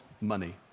money